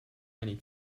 many